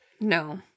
No